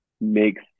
makes